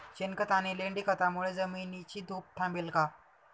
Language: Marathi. शेणखत आणि लेंडी खतांमुळे जमिनीची धूप थांबेल का?